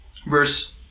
Verse